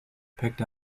picked